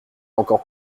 encore